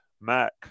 Mac